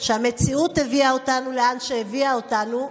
המציאות הביאה אותנו לאן שהביאה אותנו,